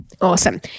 Awesome